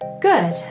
Good